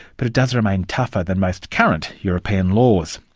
but it does remain tougher than most current european laws.